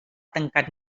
tancat